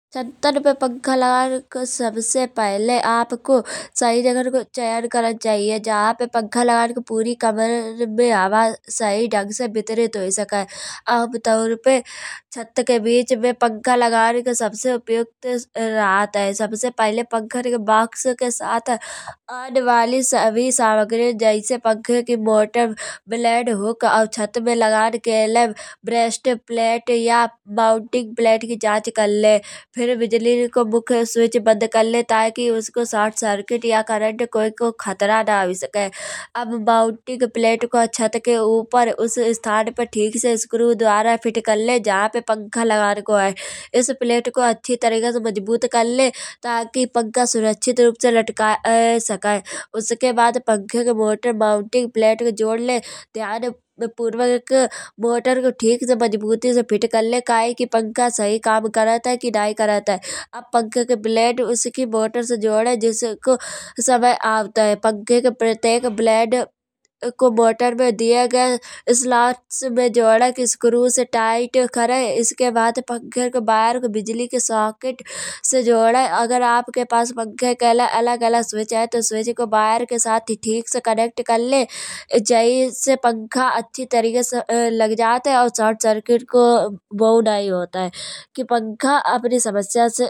चट्टान पे पंखा लगान को सबसे पहले। आपको सही जगह की चुनाव करना चाहिए। जहाँ पे पंखा लगान की पूरे कमरे में हवा सही तरीके से वितरित होय सके। आम तऊर पे छत के बीच में पंखा लगान को सबसे उचित स्थान राहत है। सबसे पहले पंखन के बॉक्स के साथ आन वाली सभी सामग्री जैसे पंखे की मोटर ब्लेड हुक और छत पे लगान के लाने माउंटिंग प्लेट की जांच करले। फिर बिजली को मुख्य स्विच बंद करले ताकि उसको शॉर्ट सर्किट या करंट को कोई को खतरा न होय सके। अब माउंटिंग प्लेट को छत के ऊपर उस स्थान पे ठीक से स्क्रू द्वारा फिट करले जहाँ पे पंखा लगान है इस प्लेट को अच्छे तरीके से मजबूत करले। ताकि पंखा सुरक्षित रूप से लटकाय जा सके। उसके बाद पंखे के मोटर माउंटिंग प्लेट को जोड़ ले ध्यानपूर्वक मोटर को ठीक से मजबूती से फिर करले। कायके पंखा सही काम करत है कि नहीं काम करत है। अब पंखे की ब्लेड उसकी मोटर से जोड़े जिसको समय आउट है। पंखे के प्रत्येक ब्लेड मोटर में दिए गए स्लॉट्स में जोड़े स्क्रू से टाइट करे उसके बाद पंखे के वायर को बिजली के सॉकेट से जोड़े। अगर अपके पास पंखे के लिए अलग अलग स्विच है। तो अलग अलग वायर के साथ ठीक से कनेक्ट करले। जैसे पंखा अच्छे तरीके से लग जात है और शॉर्ट सर्किट को डर भी न होत है।